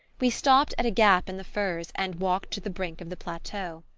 we stopped at a gap in the firs and walked to the brink of the plateau.